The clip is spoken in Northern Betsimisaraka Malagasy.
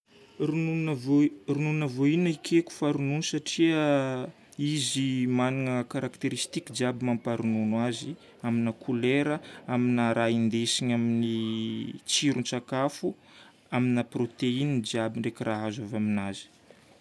Ronono avô- ronono avoanina ekeko fa ronono satria izy magnana caractéristiques jiaby mamparonono azy, amina couleur, amina raha indesiny amin'ny tsiron-tsakafo, amina protéine jiaby ndraiky raha azo avy aminazy.